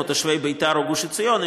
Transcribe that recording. כמו תושבי ביתר או גוש עציון.